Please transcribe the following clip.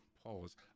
pause